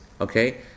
Okay